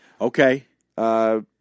Okay